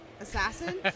assassin